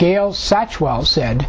gale sat twelve said